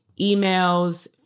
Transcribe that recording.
emails